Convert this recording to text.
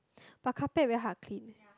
but carpet very hard to clean